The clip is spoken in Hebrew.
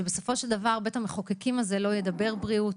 מדוע שבסופו של דבר בית המחוקקים לא ידבר בריאות?